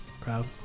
proud